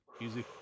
Easy